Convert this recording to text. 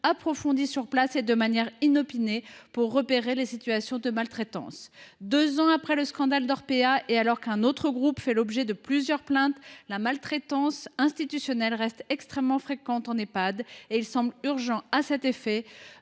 approfondies sur place et de manière inopinée pour repérer les situations de maltraitance ». Deux après le scandale d’Orpea, et alors qu’un autre groupe fait l’objet de plusieurs plaintes, la maltraitance institutionnelle reste extrêmement fréquente en Ehpad. Il paraît à ce titre